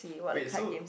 wait so